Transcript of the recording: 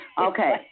Okay